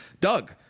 Doug